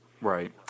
Right